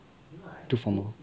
too formal